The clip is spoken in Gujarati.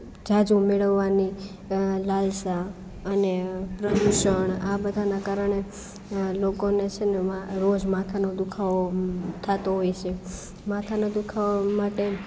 ઝાઝું મેળવવાની લાલસા અને પ્રદૂષણ આ બધાના કારણે લોકોને છેને મા રોજ માથાનો દુખાવો થતો હોય સે માથાનો દુખાવો માટે